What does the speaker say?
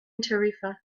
tarifa